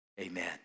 Amen